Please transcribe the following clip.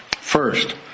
First